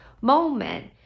moment